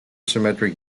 symmetric